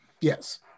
Yes